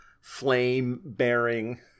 flame-bearing